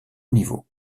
niveau